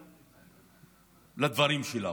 והאמנו לדברים שלו.